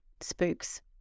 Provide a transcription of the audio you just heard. spooks